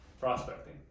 Prospecting